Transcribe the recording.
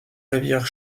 rivière